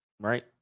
right